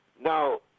Now